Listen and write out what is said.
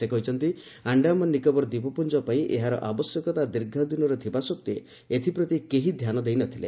ସେ କହିଛନ୍ତି ଆଶ୍ରାମାନ୍ ନିକୋବର୍ ଦ୍ୱୀପପୁଞ୍ଜ ପାଇଁ ଏହାର ଆବଶ୍ୟକତା ଦୀର୍ଘଦିନରୁ ଥିବା ସତ୍ତ୍ୱେ ଏଥିପ୍ରତି କେହି ଧ୍ୟାନ ଦେଇ ନ ଥିଲେ